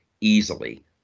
easily